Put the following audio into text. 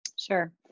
Sure